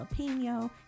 jalapeno